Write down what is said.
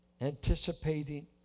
anticipating